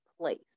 place